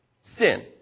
sin